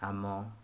ଆମ